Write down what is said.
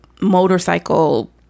motorcycle